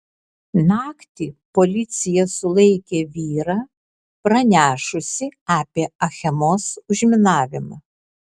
naktį policija sulaikė vyrą pranešusį apie achemos užminavimą